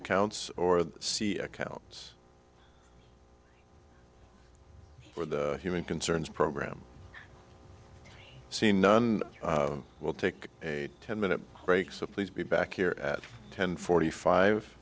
accounts or see accounts for the human concerns program seen none will take a ten minute break so please be back here at ten forty five